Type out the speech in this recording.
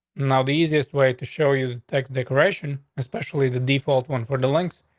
now, the easiest way to show you the text decoration especially the default one for the length,